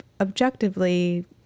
objectively